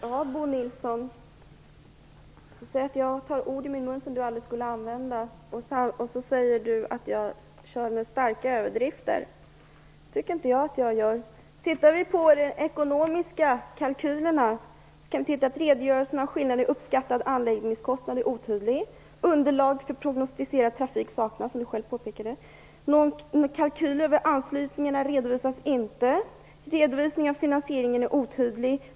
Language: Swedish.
Fru talman! Bo Nilsson säger att jag tar ord i min mun som han aldrig skulle använda och att jag kör med starka överdrifter. Det tycker inte jag att jag gör. Om man ser på de ekonomiska kalkylerna märker man att redogörelsen för skillnader i uppskattad anläggningskostnad är otydlig. Underlag för prognostiserad trafik saknas, som Bo Nilsson själv påpekade. Någon kalkyl över anslutningarna redovisas inte. Redovisningen av finansieringen är otydlig.